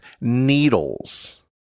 needles